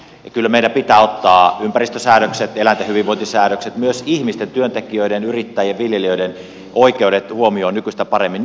kyllä meidän pitää ottaa ympäristösäädökset eläinten hyvinvointisäädökset myös ihmisten työntekijöiden yrittäjien viljelijöiden oikeudet huomioon nykyistä paremmin